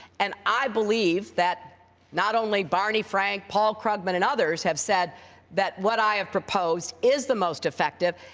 and i believe that not only barney frank, paul krugman, and others, have said that what i have proposed is the most effective.